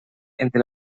entre